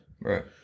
Right